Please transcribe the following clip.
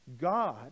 God